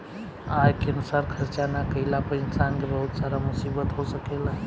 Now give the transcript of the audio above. आय के अनुसार खर्चा ना कईला पर इंसान के बहुत सारा मुसीबत हो सकेला